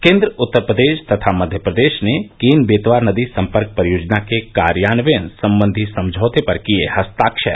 केंद्र उत्तस्प्रदेश तथा मध्यप्रदेश ने केन बेतवा नदी संपर्क परियोजना के कार्यान्वयन संबंधी समझौते पर किए हस्ताक्षर